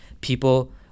people